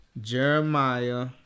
Jeremiah